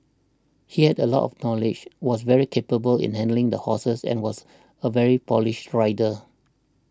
he had a lot of knowledge was very capable in handling the horses and was a very polished rider